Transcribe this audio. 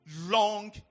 long